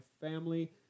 family